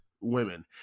women